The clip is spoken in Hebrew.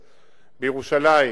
בירושלים.